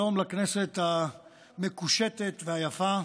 שלום לכנסת המקושטת והיפה,